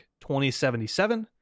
2077